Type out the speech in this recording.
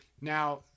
Now